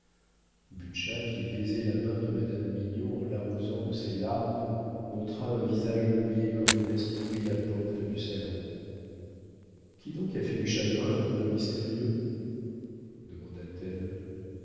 qui baisait la main de madame mignon en l'arrosant de ses larmes montra un visage mouillé quand modeste ouvrit la porte du salon qui donc a fait du chagrin à mon nain mystérieux demanda-t-elle